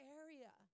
area